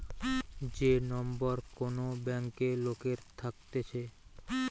যে নম্বর কোন ব্যাংকে লোকের থাকতেছে